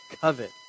covet